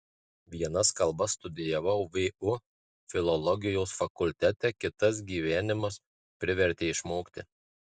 vienas kalbas studijavau vu filologijos fakultete kitas gyvenimas privertė išmokti